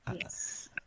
Yes